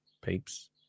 peeps